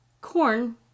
corn